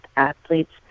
Athletes